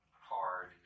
hard